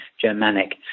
Germanic